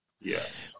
Yes